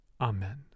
Amen